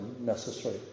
necessary